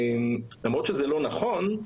למרות שזה לא נכון,